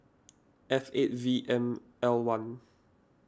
F eight V M I one